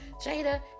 Jada